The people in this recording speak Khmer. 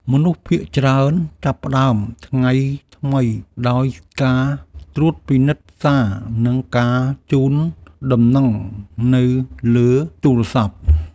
មនុស្សភាគច្រើនចាប់ផ្តើមថ្ងៃថ្មីដោយការត្រួតពិនិត្យសារ និងការជូនដំណឹងនៅលើទូរស័ព្ទ។